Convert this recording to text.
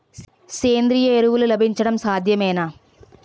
సేంద్రీయ ఎరువులు లభించడం సాధ్యమేనా?